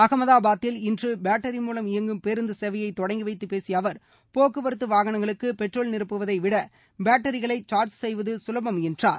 அகமதாபாத்தில் இன்று பேட்டரி மூலம் இயங்கும் பேருந்து சேவையை தொடங்கிவைத்துப் பேசிய அவர் போக்குவரத்து வாகனங்களுக்கு பெட்ரோல் நிரப்புவதை விட பேட்டரிகளை சார்ஜ் செய்வது சுலபம் என்றார்